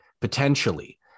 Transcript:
potentially